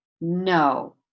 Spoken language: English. no